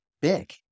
Big